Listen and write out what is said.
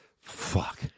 Fuck